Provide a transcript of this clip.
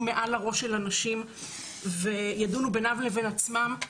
מעל הראש של אנשים וידונו בינם לבין עצמם.